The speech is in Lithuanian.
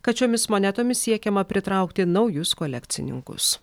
kad šiomis monetomis siekiama pritraukti naujus kolekcininkus